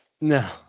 No